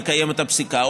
לקיים את הפסיקה,